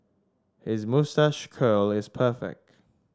his moustache curl is perfect